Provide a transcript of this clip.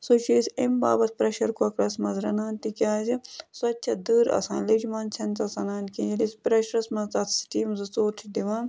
سۄ چھِ أسۍ اَمہِ باپَتھ پرٛٮ۪شَر کۄکرَس منٛز رَنان تِکیٛازِ سۄ تہِ چھےٚ دٔر آسان لیٚجہِ منٛز چھَنہٕ سۄ سَنان کِہیٖنۍ ییٚلہِ أسۍ پرٛیٚشرَس منٛز تَتھ سِٹیٖم زٕ ژور چھِ دِوان